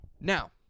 Now